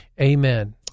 Amen